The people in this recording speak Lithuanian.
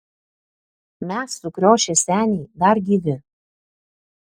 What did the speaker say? mes sukriošę seniai dar gyvi